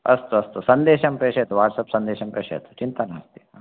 अस्तु अस्तु सन्देशं प्रेषयतु वाट्सप् सन्देशं प्रेषयतु चिन्तानास्ति